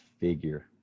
figure